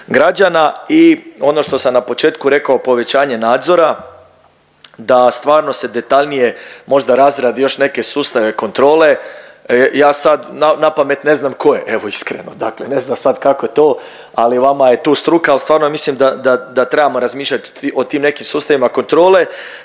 građana i ono što sam na početku rekao povećanje nadzora da stvarno se detaljnije možda razradi još neke sustave kontrole. Ja sad na pamet ne znam koje, evo iskreno. Dakle ne znam sad kako to ali vama je tu struka ali stvarno mislim da, da, da trebamo razmišljati o tim nekim sustavima kontrole,